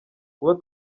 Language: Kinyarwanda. kuba